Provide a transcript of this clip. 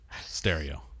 stereo